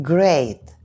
Great